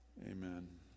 Amen